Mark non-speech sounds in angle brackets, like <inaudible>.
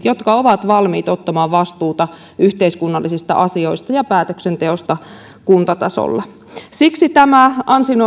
<unintelligible> jotka ovat valmiit ottamaan vastuuta yhteiskunnallisista asioista ja päätöksenteosta kuntatasolla siksi tämä